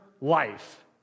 life